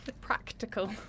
practical